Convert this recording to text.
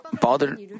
bothered